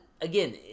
again